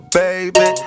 baby